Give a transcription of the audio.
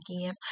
again